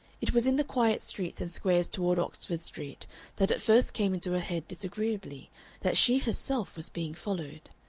it was in the quiet streets and squares toward oxford street that it first came into her head disagreeably that she herself was being followed.